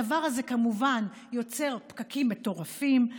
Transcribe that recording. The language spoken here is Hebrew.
הדבר הזה כמובן יוצר פקקים מטורפים,